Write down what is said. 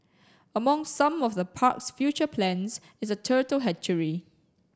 among some of the park's future plans is a turtle hatchery